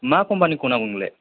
मा कम्पानिखौ नांगौ नोंनोलाय